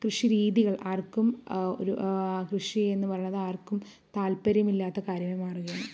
കൃഷിരീതികൾ ആർക്കും ഒരു കൃഷി എന്നു പറയണത് ആർക്കും താൽപര്യമില്ലാത്ത കാര്യമായി മാറുകയാണ്